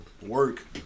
work